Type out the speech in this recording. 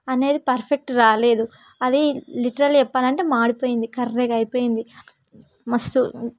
అనేది పర్ఫెక్ట్ రాలేదు అది లిట్రాల్లీ చెప్పాలంటే మాడిపోయింది కర్రెగా అయిపోయింది మస్తు